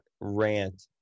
rant